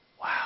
wow